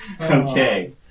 Okay